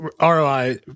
ROI